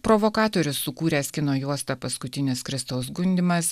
provokatorius sukūręs kino juostą paskutinis kristaus gundymas